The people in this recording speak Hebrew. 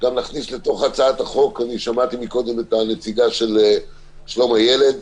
גם נכניס לתוך הצעת החוק אני שמעתי מקודם את הנציגה של שלום הילד,